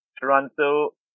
Toronto